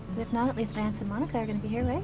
if not, at least vance and monica are gonna be here,